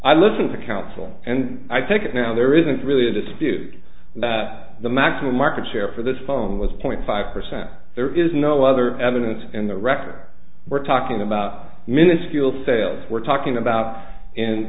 i listen to counsel and i take it now there isn't really a dispute that the maximum market share for this phone was point five percent there is no other evidence in the record we're talking about minuscule sales we're talking about in